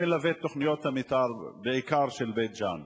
אני מלווה את תוכניות המיתאר, בעיקר של בית-ג'ן,